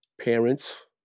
parents